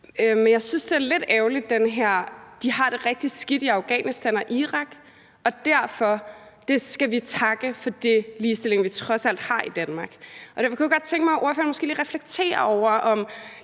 men jeg synes, det er lidt ærgerligt med den her: De har det rigtig skidt i Afghanistan og Irak, og derfor skal vi takke for den ligestilling, vi trods alt har i Danmark. Derfor kunne jeg godt tænke mig, at ordføreren måske lige reflekterer over, om